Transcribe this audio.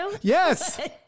Yes